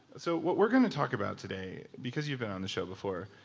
so what we're going to talk about today, because you've been on the show before,